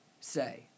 say